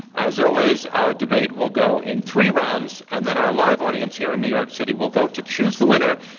as always, our debate will go in three rounds, and then our live audience here in new york city will vote to choose the winner.